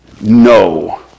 no